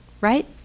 right